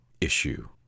issue